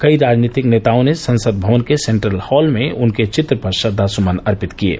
कई राजनीतिक नेताओं ने संसद भवन के सेन्ट्रल हाल में उनके चित्र पर श्रद्वा सुमन अर्पित किये